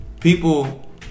people